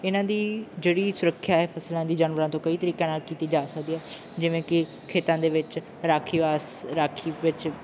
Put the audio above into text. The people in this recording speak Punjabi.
ਇਹਨਾਂ ਦੀ ਜਿਹੜੀ ਸੁਰੱਖਿਆ ਹੈ ਫਸਲਾਂ ਦੀ ਜਾਨਵਰਾਂ ਤੋਂ ਕਈ ਤਰੀਕਿਆਂ ਨਾਲ ਕੀਤੀ ਜਾ ਸਕਦੀ ਹੈ ਜਿਵੇਂ ਕਿ ਖੇਤਾਂ ਦੇ ਵਿੱਚ ਰਾਖੀ ਵਾਸ ਰਾਖੀ ਵਿੱਚ